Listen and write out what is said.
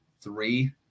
three